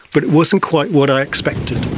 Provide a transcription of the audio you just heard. but it wasn't quite what i expected.